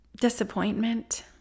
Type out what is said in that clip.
disappointment